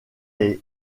est